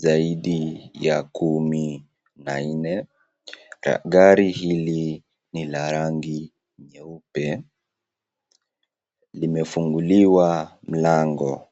zaidi ya kumi na nne. Gari hili ni la rangi nyeupe limefunguliwa mlango.